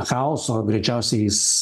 chaoso greičiausiai jis